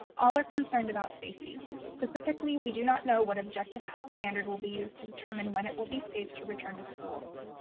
all are concerned about safety. specifically, we do not know what objective health standard will be used to determine when it will be safe to return to schools.